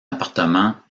appartement